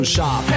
Shop